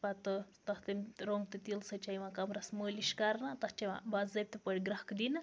پَتہٕ تَتھ تَمہِ رۄنٛگ تہٕ تیٖلہٕ سۭتۍ چھِ یِوان کَمرَس مٲلِش کرنہٕ تَتھ چھِ یِوان باضٲبطہٕ پٲٹھۍ گرٛیٚکھ دِنہٕ